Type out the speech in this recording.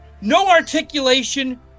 no-articulation